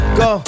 go